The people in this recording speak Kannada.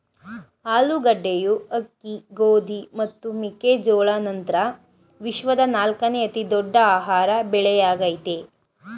ಆಲೂಗಡ್ಡೆಯು ಅಕ್ಕಿ ಗೋಧಿ ಮತ್ತು ಮೆಕ್ಕೆ ಜೋಳದ ನಂತ್ರ ವಿಶ್ವದ ನಾಲ್ಕನೇ ಅತಿ ದೊಡ್ಡ ಆಹಾರ ಬೆಳೆಯಾಗಯ್ತೆ